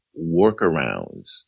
workarounds